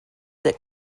that